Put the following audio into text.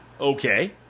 okay